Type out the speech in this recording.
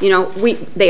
you know we they